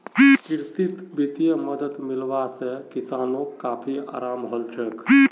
कृषित वित्तीय मदद मिलवा से किसानोंक काफी अराम हलछोक